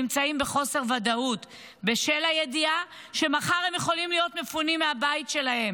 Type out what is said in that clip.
נמצאים בחוסר ודאות בשל הידיעה שמחר הם יכולים להיות מפונים מהבית שלהם,